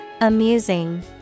Amusing